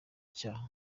icyaha